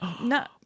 no